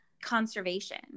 conservation